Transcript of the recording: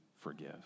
forgive